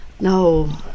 No